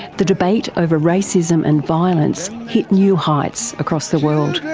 the debate over racism and violence hit new heights across the world.